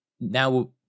now